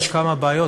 יש כמה בעיות,